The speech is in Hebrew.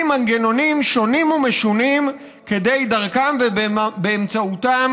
מנגנונים שונים ומשונים כדי דרכם ובאמצעותם